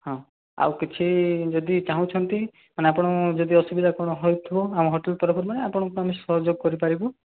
ହଁ ଆଉ କିଛି ଯଦି ଚାହୁଁଛନ୍ତି ମାନେ ଆପଣଙ୍କୁ ଯଦି କିଛି ଅସୁବିଧା କ'ଣ ହୋଇଥିବ ଆମ ହୋଟେଲ୍ ତରଫରୁ ମାନେ ଆପଣଙ୍କୁ ଆମେ ସହଯୋଗ କରି ପାରିବୁ